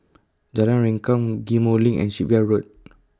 Jalan Rengkam Ghim Moh LINK and Shipyard Road